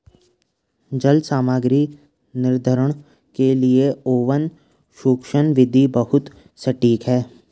जल सामग्री निर्धारण के लिए ओवन शुष्कन विधि बहुत सटीक है